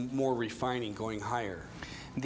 more refining going higher and